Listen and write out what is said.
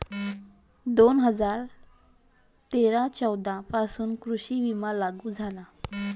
दोन हजार तेरा चौदा पासून कृषी विमा लागू झाला